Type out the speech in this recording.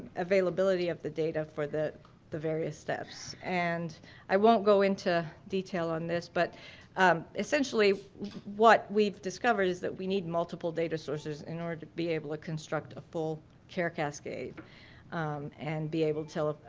availability of the data for the the various steps and i won't go into detail on this but essentially what we've discovered is that we need multiple data sources in order to be able to construct a full care cascade and be able to tell